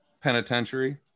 penitentiary